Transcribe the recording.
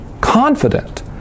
confident